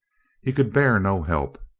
he could bear no help.